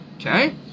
Okay